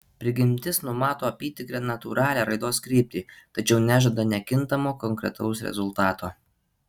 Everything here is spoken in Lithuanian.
prigimtis numato apytikrę natūralią raidos kryptį tačiau nežada nekintamo konkretaus rezultato